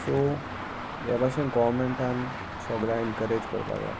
so हे भाशेन गोवमेंटान सगल्या इनकरेज करपा जाय